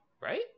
Right